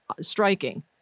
striking